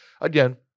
again